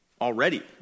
already